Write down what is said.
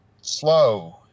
slow